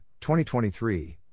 2023